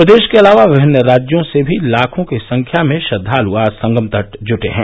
प्रदेश के अलावा विभिन्न राज्यों से भी लाखों की संख्या में श्रद्वालु आज संगम तट पर जुटे हैं